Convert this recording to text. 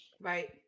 Right